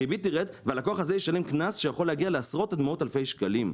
הריבית תרד והלקוח הזה ישלם קנס שיכול להגיע לעשרות עד מאות אלפי שקלים.